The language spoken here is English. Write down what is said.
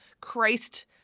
Christ-